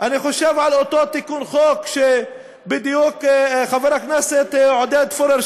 אני חושב על אותו תיקון חוק שחבר הכנסת עודד פורר,